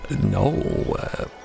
No